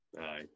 Aye